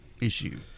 issue